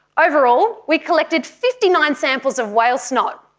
overall, we collected fifty nine samples of whale snot.